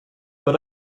but